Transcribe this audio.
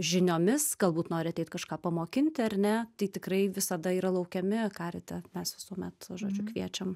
žiniomis galbūt norit eit kažką pamokinti ar ne tai tikrai visada yra laukiami karite mes visuomet žodžiu kviečiam